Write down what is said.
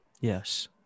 yes